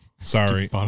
Sorry